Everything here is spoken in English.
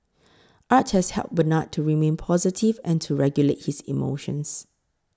art has helped Bernard to remain positive and to regulate his emotions